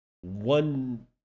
one